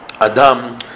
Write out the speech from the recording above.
Adam